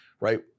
right